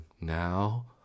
now